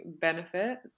benefit